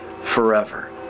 forever